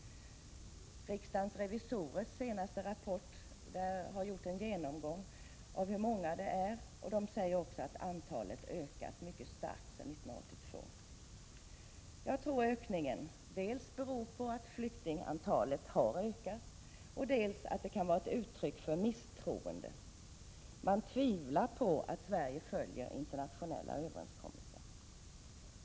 Riksdagens revisorer har i sin senaste rapport gjort en genomgång av hur många fall det är. De säger också att antalet ökat mycket starkt sedan 1982. Jag tror att ökningen dels beror på att flyktingantalet har ökat, dels är ett uttryck för misstroende. Man tvivlar på att Sverige följer internationella överenskommelser.